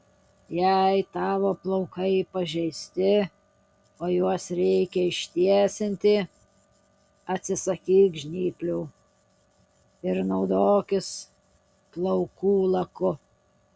jei tavo plaukai pažeisti o juos reikia ištiesinti atsisakyk žnyplių ir naudokis plaukų laku